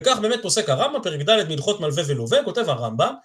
וכך באמת פוסק הרמב"ם, פרק ד' בהלכות מלווה ולווה, כותב הרמב"ם.